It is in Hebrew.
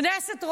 כנסת,